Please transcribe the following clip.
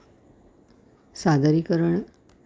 सादरीकरण